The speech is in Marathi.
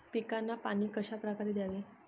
पिकांना पाणी कशाप्रकारे द्यावे?